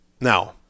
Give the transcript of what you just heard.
Now